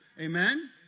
Amen